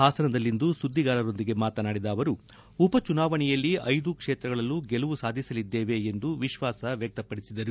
ಹಾಸನದಲ್ಲಿಂದು ಸುಧಿಗಾರರೊಂದಿಗೆ ಮಾತನಾಡಿದ ಅವರು ಉಪಚುನಾವಣೆಯಲ್ಲಿ ಐದೂ ಕ್ಷೇತ್ರಗಳಲ್ಲೂ ಗೆಲುವು ಸಾಧಿಸಲಿದ್ದೇವೆ ಎಂದು ವಿಶ್ವಾಸ ವ್ಯಕ್ತಪಡಿಸಿದರು